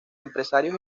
empresarios